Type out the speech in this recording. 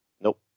Nope